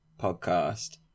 podcast